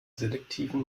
selektiven